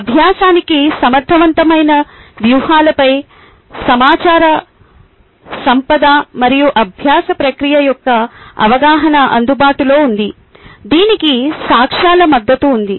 అభ్యాసానికి సమర్థవంతమైన వ్యూహాలపై సమాచార సంపద మరియు అభ్యాస ప్రక్రియ యొక్క అవగాహన అందుబాటులో ఉంది దీనికి సాక్ష్యాల మద్దతు ఉంది